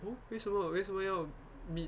oh 为什么为什么要 meet